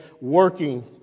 working